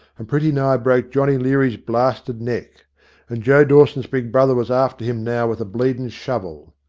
and pretty nigh broke johnny leary's blasted neck and joe's dawson's big brother was after him now with a bleed'n' shovel.